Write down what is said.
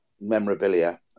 memorabilia